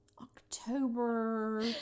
October